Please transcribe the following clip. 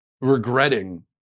regretting